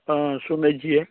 सुनैत छियै